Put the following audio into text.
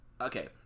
okay